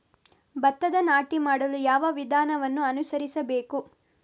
ಭತ್ತದ ನಾಟಿ ಮಾಡಲು ಯಾವ ವಿಧಾನವನ್ನು ಅನುಸರಿಸಬೇಕು?